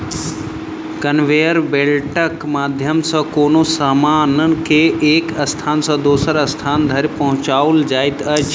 conveyor बेल्टक माध्यम सॅ कोनो सामान के एक स्थान सॅ दोसर स्थान धरि पहुँचाओल जाइत अछि